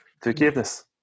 forgiveness